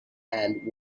and